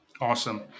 Awesome